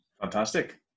Fantastic